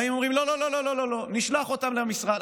באים ואומרים: לא לא לא, נשלח אותם למשרד.